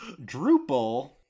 Drupal